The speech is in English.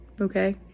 okay